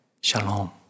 shalom